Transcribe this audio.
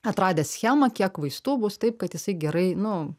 atradęs schemą kiek vaistų bus taip kad jisai gerai nu